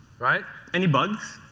right? any bugs?